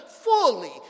fully